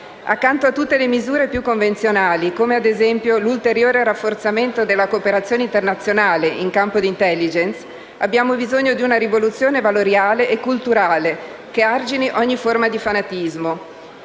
Accanto a tutte le misure più convenzionali, come ad esempio l'ulteriore rafforzamento della cooperazione internazionale in campo di *intelligence*, abbiamo bisogno di una rivoluzione valoriale e culturale, che argini ogni forma di fanatismo.